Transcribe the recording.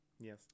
Yes